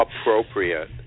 appropriate